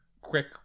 Quick